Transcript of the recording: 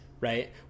right